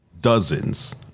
dozens